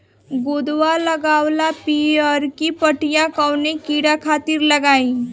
गोदवा लगवाल पियरकि पठिया कवने कीड़ा खातिर लगाई?